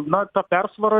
na ta persvara